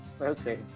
Okay